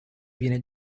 viene